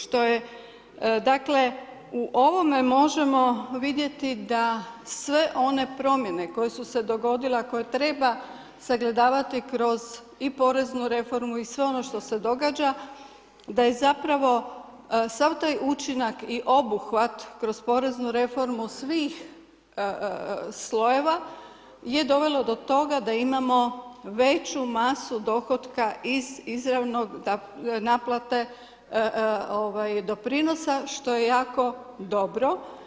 Što je, dakle, u ovome možemo vidjeti da sve ove promijene koje su se dogodile, a koje treba sagledavati i kroz i poreznu reformu i sve ono što se događa, da je zapravo sav taj učinak i obuhvat kroz poreznu reformu, svih slojeva, je dovelo do toga da imamo veću masu dohotka iz izravne naplate doprinosa, što je jako dobro.